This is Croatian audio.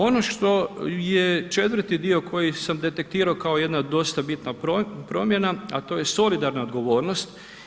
Ono što je 4. dio koji sam detektirao kao jedna dosta bitna promjena, a to je solidarna odgovornost.